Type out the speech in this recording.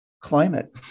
climate